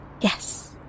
Yes